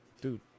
Dude